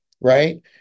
Right